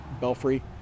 belfry